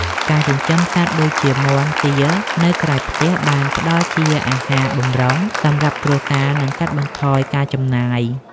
ការចិញ្ចឹមសត្វដូចជាមាន់ ទា នៅក្រោយផ្ទះបានផ្ដល់ជាអាហារបម្រុងសម្រាប់គ្រួសារ និងកាត់បន្ថយការចំណាយ។